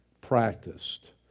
practiced